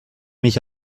mich